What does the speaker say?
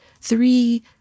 three